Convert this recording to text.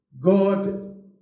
God